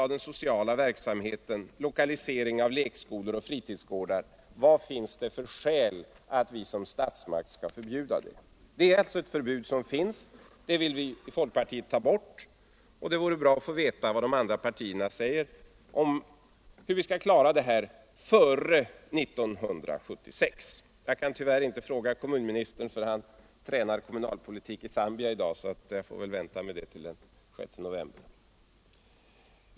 ex. viss social verksamhet, lokaliseringen av lekskolor och fritidsgårdar m.m. — vad finns det då för skäl att vi som statsmakt skall förbjuda det? Det finns alltså i dag ett förbud. Detta vill vi från folkpartiet ta bort, och det vore bra att få veta hur de andra partierna anser att vi skall klara det här före 1976. Jag kan tyvärr inte fråga kommunministern, för han tränar i dag kommunalpolitik i Zambia — jag får alltså vänta till den 6 november med att fråga honom.